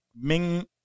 Ming